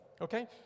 Okay